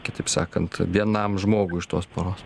kitaip sakant vienam žmogui iš tos poros